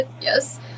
yes